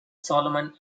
solomon